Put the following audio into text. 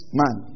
man